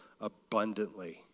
abundantly